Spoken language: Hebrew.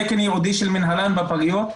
תקן ייעודי של מנהלן בפגיות,